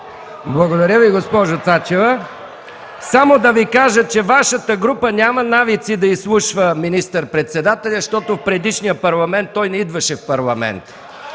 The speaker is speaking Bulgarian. Благодаря Ви, госпожо Цачева. Само да Ви кажа, че Вашата група няма навици да изслушва министър-председателя, защото в предишния Парламент той не идваше тук.